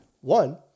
One